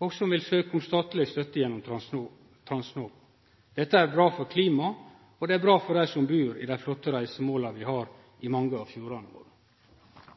og som vil søke om statleg støtte gjennom Transnova. Dette er bra for klimaet, og det er bra for dei som bur på dei flotte reisemåla vi har i mange av fjordane våre.